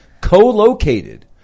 co-located